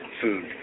food